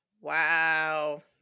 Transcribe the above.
Wow